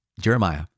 Jeremiah